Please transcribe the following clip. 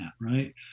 right